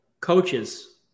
coaches